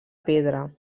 pedra